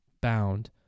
bound